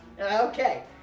Okay